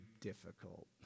difficult